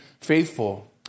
faithful